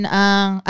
ang